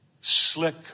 slick